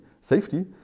Safety